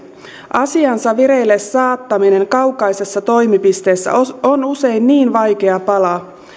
asiansa vireille saattaminen kaukaisessa toimipisteessä on usein niin vaikea pala